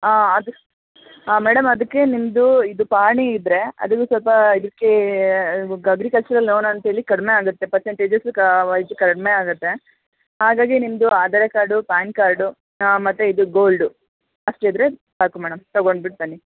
ಹಾಂ ಅದು ಮೇಡಮ್ ಅದಕ್ಕೆ ನಿಮ್ದು ಇದು ಪಹಣಿ ಇದ್ರೆ ಅದನ್ನು ಸ್ವಲ್ಪ ಇದಕ್ಕೇ ಗಗ್ರಿಕಲ್ಚರಲ್ ಲೋನ್ ಅಂತೇಳಿ ಕಡಿಮೆ ಆಗುತ್ತೆ ಪರ್ಸಂಟೇಜಸ್ ವೈಸ್ ಕಡಿಮೆ ಆಗುತ್ತೆ ಹಾಗಾಗಿ ನಿಮ್ದು ಆಧಾರ ಕಾರ್ಡು ಪಾನ್ ಕಾರ್ಡು ಮತ್ತು ಇದು ಗೋಲ್ಡು ಅಷ್ಟು ಇದ್ರೆ ಸಾಕು ಮೇಡಮ್ ತಗೊಂಡ್ಬಿಟ್ಟು ಬನ್ನಿ